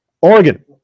Oregon